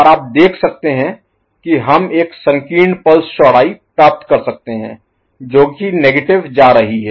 और आप देख सकते हैं कि हम एक संकीर्ण पल्स चौड़ाई प्राप्त कर सकते हैं जो कि नेगेटिव जा रही है